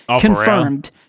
confirmed